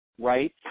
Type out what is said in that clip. right